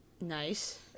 Nice